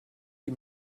wie